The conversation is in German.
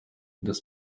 das